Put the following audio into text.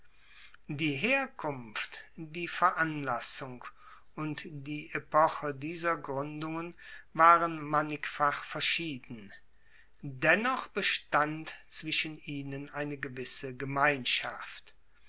die herkunft die veranlassung und die epoche dieser gruendungen waren mannigfach verschieden dennoch bestand zwischen ihnen eine gewisse gemeinschaft